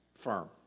Firm